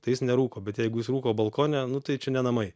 tai jis nerūko bet jeigu jis rūko balkone nu tai čia ne namai